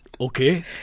Okay